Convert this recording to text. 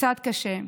קצת קשה.